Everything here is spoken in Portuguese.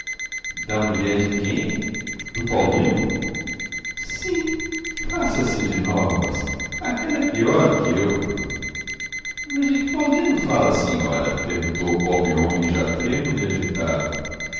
da mulher de quem do paulino sim faça-se de novas aquela é pior do que eu mas de que paulino fala a senhora perguntou o pobre homem já trêmulo e agitado